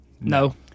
No